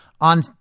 on